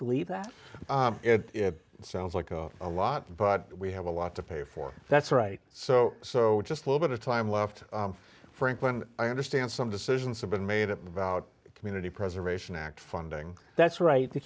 believe that sounds like of a lot but we have a lot to pay for that's right so so just a little bit of time left franklin i understand some decisions have been made about community preservation act funding that's right he